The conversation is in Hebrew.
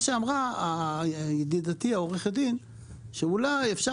מה שאמרה ידידתי העורכת דין זה שאולי אפשר